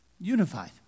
Unified